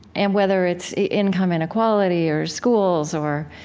and whether it's income inequality or schools or